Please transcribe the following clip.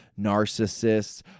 narcissists